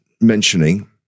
mentioning